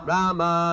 Rama